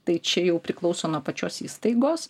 tai čia jau priklauso nuo pačios įstaigos